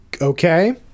Okay